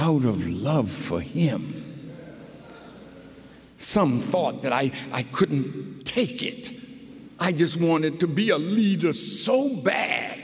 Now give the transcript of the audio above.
out of love for him some thought that i i couldn't take it i just wanted to be a leader so bad